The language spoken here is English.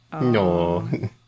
No